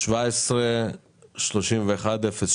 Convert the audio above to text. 17-31-08